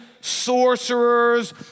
sorcerers